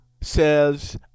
says